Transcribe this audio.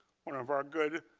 one of our good